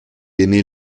aimait